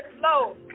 low